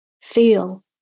feel